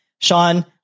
Sean